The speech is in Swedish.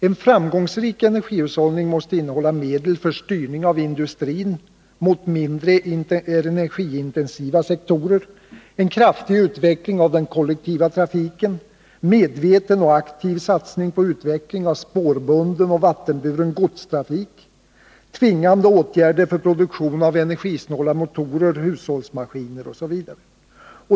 En framgångsrik energihushållning måste innehålla medel för styrning av industrin mot mindre energiintensiva sektorer, en kraftig utveckling av den kollektiva trafiken, en medveten och aktiv satsning på utveckling av spårbunden och vattenburen godstrafik, tvingande åtgärder för produktion av energisnåla motorer, hushållsmaskiner osv.